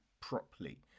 properly